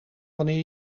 wanneer